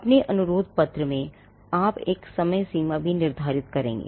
अपने अनुरोध पत्र में आप एक समय सीमा भी निर्धारित करेंगे